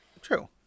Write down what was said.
True